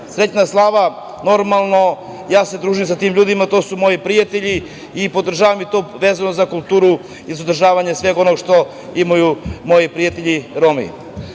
Srećna slava. Normalno, ja se družim sa tim ljudima, to su moji prijatelji i podržavam to vezano za kulturu i za održavanje svega onoga što imaju moji prijatelji Romi